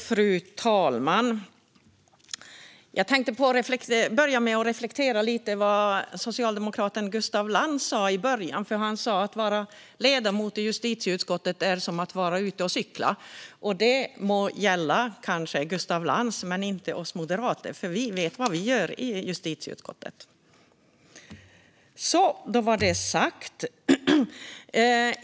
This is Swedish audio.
Fru talman! Jag tänkte börja med att reflektera lite över vad socialdemokraten Gustaf Lantz sa i början av debatten. Att vara ledamot i justitieutskottet är som att vara ute och cykla, sa han. Det må kanske gälla Gustaf Lantz. Men det gäller inte hos moderater, för vi vet vad vi gör i justitieutskottet. Då var det sagt!